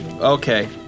Okay